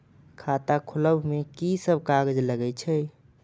खाता खोलब में की सब कागज लगे छै?